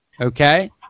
okay